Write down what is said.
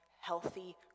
healthy